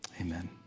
Amen